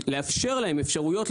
אז לאפשר להם אפשרויות,